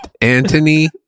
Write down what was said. Anthony